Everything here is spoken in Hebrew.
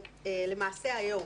למעשה היום.